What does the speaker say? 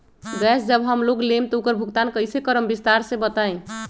Gas जब हम लोग लेम त उकर भुगतान कइसे करम विस्तार मे बताई?